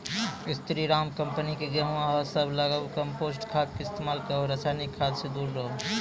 स्री Ram company के गेहूँ अहाँ सब लगाबु कम्पोस्ट खाद के इस्तेमाल करहो रासायनिक खाद से दूर रहूँ?